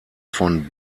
von